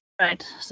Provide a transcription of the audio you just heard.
Right